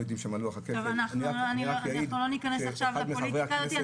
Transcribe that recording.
לא יודעים שם את לוח הכפל --- אנחנו לא ניכנס עכשיו לפוליטיקה הזאת.